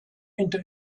into